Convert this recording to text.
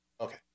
Okay